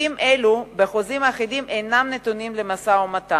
סעיפים אלה בחוזים האחידים אינם נתונים למשא-ומתן.